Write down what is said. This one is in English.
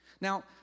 Now